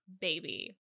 baby